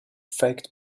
faked